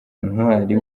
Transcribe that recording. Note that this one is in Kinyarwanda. ntwari